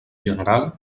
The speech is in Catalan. general